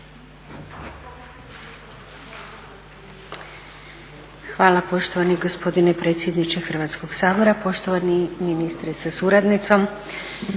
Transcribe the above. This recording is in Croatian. Hvala poštovani gospodine predsjedniče Hrvatskog sabora, poštovani ministre sa suradnicom,